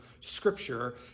scripture